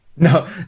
No